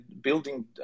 building